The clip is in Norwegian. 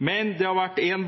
Men det har vært én